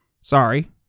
sorry